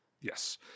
Yes